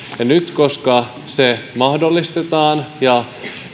ja koska se nyt mahdollistetaan ja